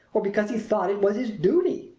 or because he thought it was his duty.